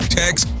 text